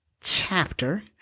chapter